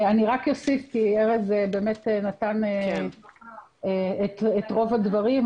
ארז באמת דיבר על רוב הדברים,